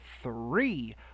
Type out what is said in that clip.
three